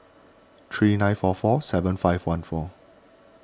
three nine four four seven five one four